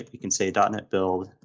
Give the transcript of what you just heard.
like we can say dotnet build,